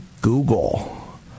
Google